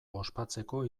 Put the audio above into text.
ospatzeko